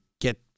get